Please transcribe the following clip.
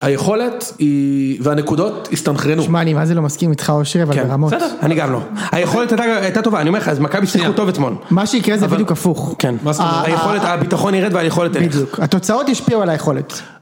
היכולת היא והנקודות הסתנכרנו. שמע, אני מה זה לא מסכים איתך אושרי ברמות? כן, בסדר, אני גם לא. היכולת הייתה טובה, הייתה טובה, אני אומר לך, אז מכבי שחקו טוב אתמול. מה שיקרה זה בדיוק הפוך. כן, מה זאת אומרת? היכולת, הביטחון ירד והיכולת תלך. בדיוק, התוצאות השפיעו על היכולת.